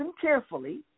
carefully